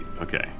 okay